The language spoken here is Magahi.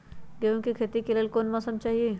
गेंहू के खेती के लेल कोन मौसम चाही अई?